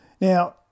Now